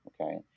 Okay